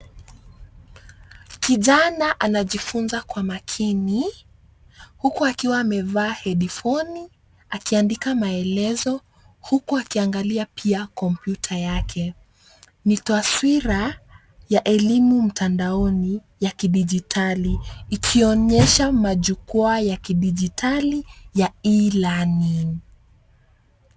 Kijana anajifunza kwa makini huku akiwa amevaa headphone akiandika maelezo yake huku pia akiangalia kompyuta yake. Ni taswira ya elimu mtandaoni ya kidijitali ikionyesha majukwaa ya kidijitali E-learning.